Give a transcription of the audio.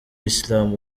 islam